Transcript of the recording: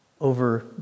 over